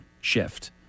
shift